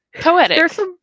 poetic